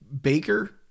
Baker